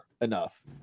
enough